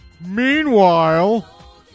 Meanwhile